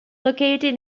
located